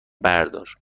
بردار